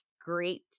great